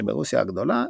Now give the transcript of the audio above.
שברוסיה הגדולה,